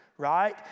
right